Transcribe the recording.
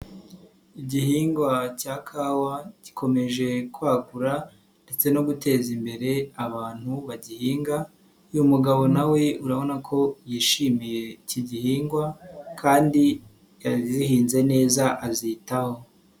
Igihingwa cya kawa gikomeje kwagura ndetse no guteza imbere abantu bagihinga, uyu umugabo nawe urabona ko yishimiye iki gihingwa kandi yazihinze neza azitaho.